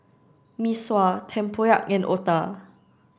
Mee Sua Tempoyak and Otah